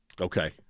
Okay